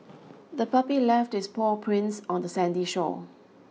the puppy left its paw prints on the sandy shore